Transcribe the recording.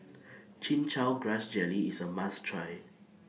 Chin Chow Grass Jelly IS A must Try